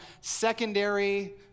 secondary